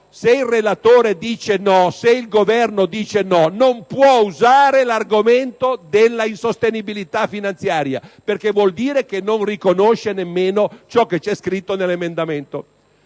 se il relatore dice no, se il Governo dice no non può usare l'argomento della insostenibilità finanziaria perché vuol dire che non riconosce nemmeno ciò che vi è scritto nell'emendamento.